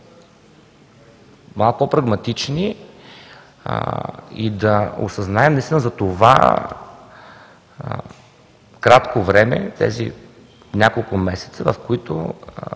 малко прагматични и да осъзнаем за това кратко време, тези няколко месеца, в които